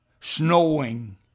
snowing